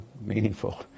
meaningful